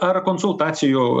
ar konsultacijų